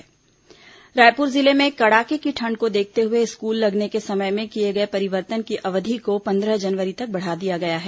school समय परिवर्तन रायपुर जिले में कड़ाके की ठंड को देखते हुए स्कूल लगने के समय में किए गए परिवर्तन की अवधि को पंद्रह जनवरी तक बढ़ा दिया गया है